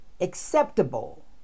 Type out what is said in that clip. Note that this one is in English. acceptable